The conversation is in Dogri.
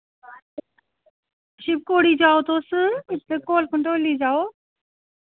शिव खोड़ी जाओ तुस इत्थै कोल कंढोली जाओ